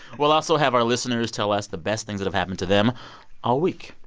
we'll also have our listeners tell us the best things that have happened to them all week